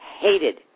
Hated